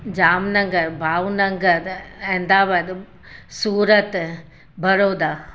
Jamnagar Bhavnagar Ahmedabad Surat Baroda